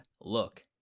look